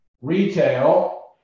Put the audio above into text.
retail